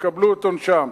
יקבלו את עונשם.